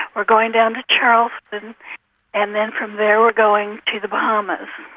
we're going down to charleston and then from there we're going to the bahamas.